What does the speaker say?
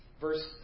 Verse